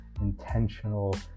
intentional